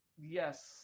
Yes